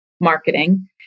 marketing